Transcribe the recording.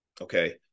Okay